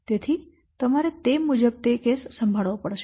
તેથી તમારે તે મુજબ તે કેસ સંભાળવો પડશે